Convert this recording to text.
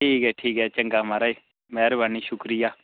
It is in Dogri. ठीक ऐ ठीक ऐ चंगा महाराज मैह्रबानी शुक्रिया